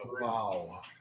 Wow